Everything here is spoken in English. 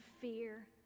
fear